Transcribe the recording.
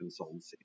consultancy